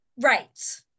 Right